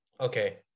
okay